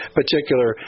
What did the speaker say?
particular